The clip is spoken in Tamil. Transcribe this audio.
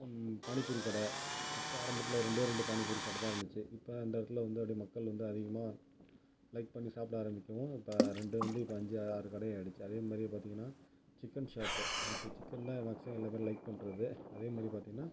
பானிபூரி கடை ஃபஸ்ட்டு ஆரம்பத்தில் இருந்தே ரெண்டு பானிபூரி கடை இருந்துச்சு இப்போ அந்த இடத்துல வந்து மக்கள் வந்து அதிகமாக லைக் பண்ணி சாப்பிட ஆரம்பிக்கவும் இப்போ ரெண்டு வந்து அஞ்சு ஆறு கடை ஆகிடுச்சி அதே மாதிரி பார்த்தீங்கனா சிக்கன் ஷாப் இன்றைக்கு சிக்கன் தான் எல்லாச்சும் எல்லோரும் லைக் பண்ணுறது அதே மாரி பாத்தீங்கனா